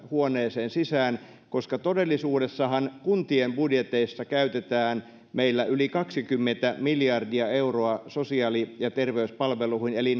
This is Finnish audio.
huoneeseen sisään koska todellisuudessahan kuntien budjeteissa käytetään meillä yli kaksikymmentä miljardia euroa sosiaali ja terveyspalveluihin eli